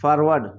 forward